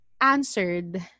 Answered